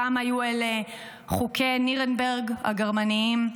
פעם היו אלה חוקי נירנברג הגרמניים,